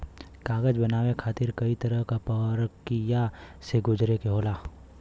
कागज बनाये खातिर कई तरह क परकिया से गुजरे के होला